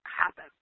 happen